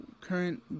current